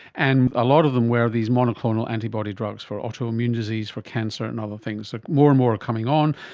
and a lot of them were these monoclonal antibody drugs for autoimmune disease for cancer and other things. so like more and more are coming on,